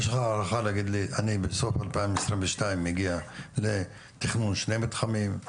יש לך הערכה להגיד לי אני בסוף 2022 אגיע לתכנון שני מתחמים,